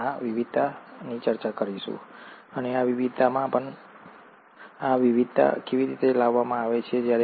અમે આ વિવિધતાની ચર્ચા કરીશું અને આ વિવિધતામાં પણ આ વિવિધતા કેવી રીતે લાવવામાં આવે છે